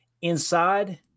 inside